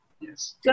yes